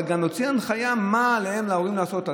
זה להוציא הנחיה: מה על ההורים לעשות.